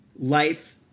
life